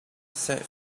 safe